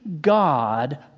God